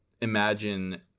imagine